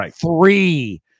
three